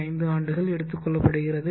5 ஆண்டுகள் எடுத்துக்கொள்ளப்படுகிறது